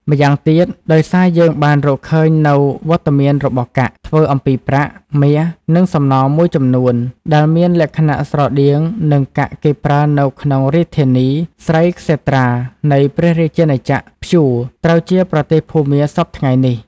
ម្យ៉ាងទៀត ដោយសារយើងបានរកឃើញនូវវត្តមានរបស់កាក់ ធ្វើអំពីប្រាក់ មាស និង សំណមួយចំនួន ដែលមានលក្ខណៈស្រដៀងនឹងកាក់គេប្រើនៅក្នុងរាជធានី ស្រីក្សេត្រា នៃព្រះរាជាណាចក្រ ព្យូ ត្រូវជាប្រទេសភូមាសព្វថ្ងៃនេះ ។